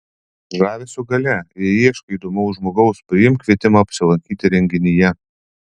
žavesio galia jei ieškai įdomaus žmogaus priimk kvietimą apsilankyti renginyje